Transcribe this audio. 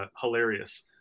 hilarious